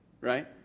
right